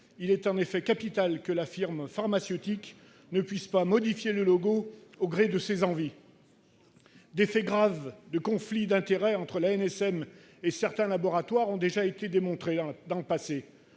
Il est en effet capital que la firme pharmaceutique ne puisse pas le modifier au gré de ses envies. Des faits graves de conflits d'intérêts entre l'ANSM et certains laboratoires ont déjà été mis au jour dans le passé.